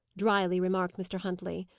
drily remarked mr. huntley.